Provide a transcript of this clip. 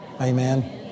Amen